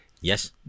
Yes